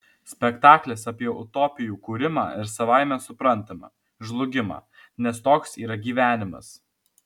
spektaklis apie utopijų kūrimą ir savaime suprantama žlugimą nes toks yra gyvenimas